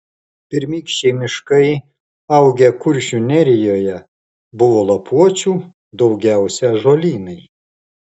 pirmykščiai miškai augę kuršių nerijoje buvo lapuočių daugiausiai ąžuolynai